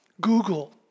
Google